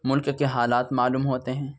ملک کے حالات معلوم ہوتے ہیں